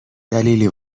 دلیلی